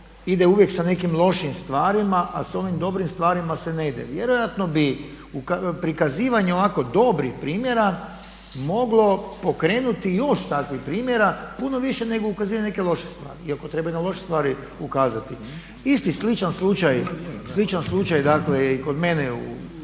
ide uvijek sa nekim lošim stvarima, a sa ovim dobrim stvarima se ne ide. Vjerojatno bi prikazivanje ovako dobrih primjera moglo pokrenuti još takvih primjera puno više nego ukazivanje na neke loše stvari. Iako treba i na loše stvari ukazati. Isti, sličan slučaj dakle je i kod mene u